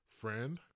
friend